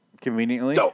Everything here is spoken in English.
conveniently